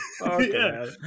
Okay